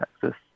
Texas